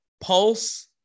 Pulse